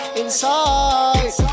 inside